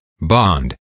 bond